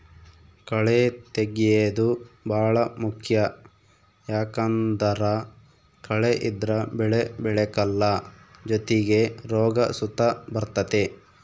ಕಳೇ ತೆಗ್ಯೇದು ಬಾಳ ಮುಖ್ಯ ಯಾಕಂದ್ದರ ಕಳೆ ಇದ್ರ ಬೆಳೆ ಬೆಳೆಕಲ್ಲ ಜೊತಿಗೆ ರೋಗ ಸುತ ಬರ್ತತೆ